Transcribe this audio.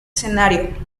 escenario